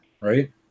right